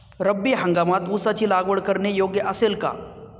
रब्बी हंगामात ऊसाची लागवड करणे योग्य असेल का?